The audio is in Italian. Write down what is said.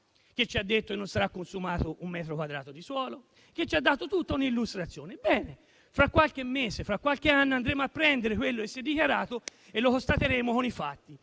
cioè che non sarà consumato un metro quadrato di suolo. Egli ci ha dato tutta un'illustrazione; ebbene, fra qualche mese, fra qualche anno andremo a prendere quello che si è dichiarato e lo constateremo con i fatti,